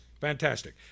Fantastic